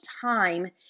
time